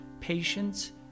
Patience